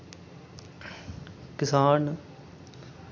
किसान न